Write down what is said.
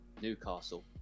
Newcastle